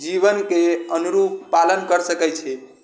जीवनके अनुरूप पालन करि सकै छी